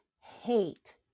hate